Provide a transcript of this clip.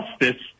justice